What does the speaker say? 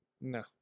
No